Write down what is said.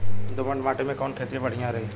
दोमट माटी में कवन खेती बढ़िया रही?